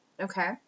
Okay